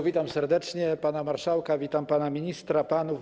Witam serdecznie pana marszałka, witam pana ministra, panów.